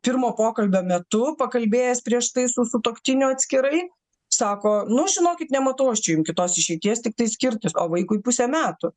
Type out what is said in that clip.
pirmo pokalbio metu pakalbėjęs prieš tai su sutuoktiniu atskirai sako nu žinokit nematau aš čia jum kitos išeities tiktai skirtis o vaikui pusė metų